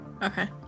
Okay